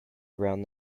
around